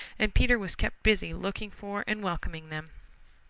and peter was kept busy looking for and welcoming them.